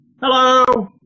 Hello